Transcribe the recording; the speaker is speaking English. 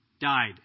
died